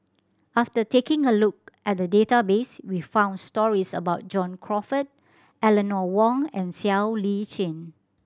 after taking a look at the database we found stories about John Crawfurd Eleanor Wong and Siow Lee Chin